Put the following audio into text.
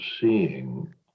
seeing